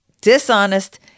dishonest